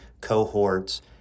cohorts